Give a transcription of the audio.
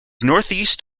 northeast